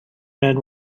men